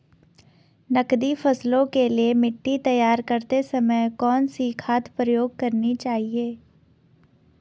नकदी फसलों के लिए मिट्टी तैयार करते समय कौन सी खाद प्रयोग करनी चाहिए?